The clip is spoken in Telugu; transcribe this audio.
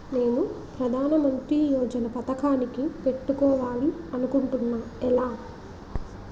నేను ప్రధానమంత్రి యోజన పథకానికి పెట్టుకోవాలి అనుకుంటున్నా ఎలా?